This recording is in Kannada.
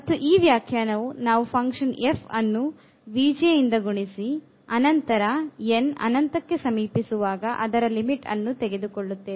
ಮತ್ತು ಈ ವ್ಯಾಖ್ಯಾನವು ನಾವು ಫಂಕ್ಷನ್ f ಅನ್ನು ಇಂದ ಗುಣಿಸಿ ಅನಂತರ n ಅನಂತ ಸಮೀಪಿಸುವಾಗ ಅದರ ಲಿಮಿಟ್ ಅನ್ನು ತೆಗೆದುಕೊಳ್ಳುತ್ತೇವೆ